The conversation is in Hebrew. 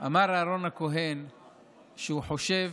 שהוא חושב